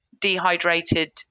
dehydrated